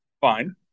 Fine